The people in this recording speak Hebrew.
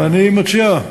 אני מציע,